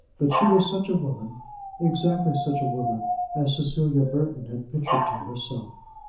but she was such a woman exactly such a woman as cecilia burton had pictured to herself.